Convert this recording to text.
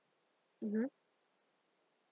mmhmm